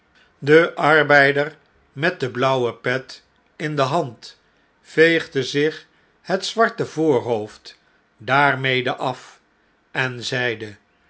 de arbeider met de blauwe pet in de hand veegde zich het zwarte voorhoofd daarmede af en zeide